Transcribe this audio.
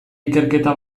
ikerketa